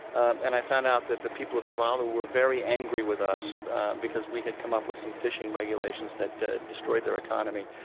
and i found out that the people of tuvalu were very angry with us because we had come up with some fishing regulations that destroyed their economy.